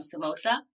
Samosa